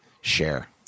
share